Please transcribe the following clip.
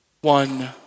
one